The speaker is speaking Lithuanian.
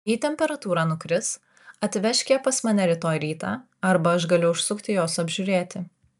jei temperatūra nukris atvežk ją pas mane rytoj rytą arba aš galiu užsukti jos apžiūrėti